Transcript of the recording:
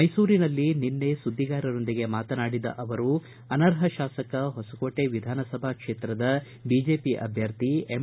ಮೈಸೂರಿನಲ್ಲಿ ನಿನ್ನೆ ಸುದ್ದಿಗಾರರೊಂದಿಗೆ ಮಾತನಾಡಿದ ಅವರು ಅನರ್ಪ ತಾಸಕ ಹೊಸಕೋಟೆ ವಿಧಾನಸಭಾ ಕ್ಷೇತ್ರದ ಬಿಜೆಪಿ ಅಭ್ಯರ್ಥಿ ಎಂ